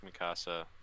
Mikasa